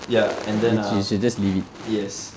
ya and then uh yes